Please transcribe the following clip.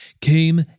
came